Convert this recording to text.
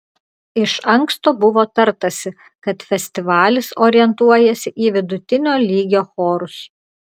iš anksto buvo tartasi kad festivalis orientuojasi į vidutinio lygio chorus